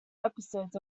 episodes